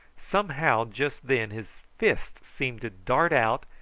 somehow, just then his fist seemed to dart out,